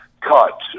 cut